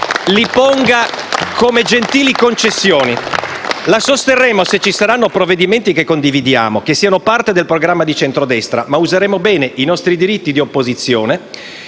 li ponga come gentili concessioni. La sosterremo se ci saranno provvedimenti che condividiamo e che siano parte del programma di centrodestra, ma useremo bene i nostri diritti di opposizione